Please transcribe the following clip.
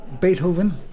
Beethoven